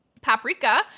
paprika